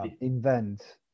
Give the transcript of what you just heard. invent